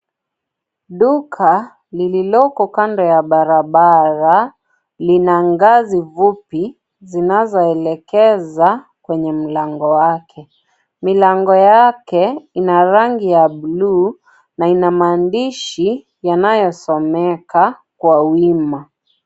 Duka lililoko kando ya barabara lina ngazi fupi zinazoelekeza kwenye mlango wake. Milango yake ina rangi ya bluu na ina maandishi yanayosomeka kwa wima.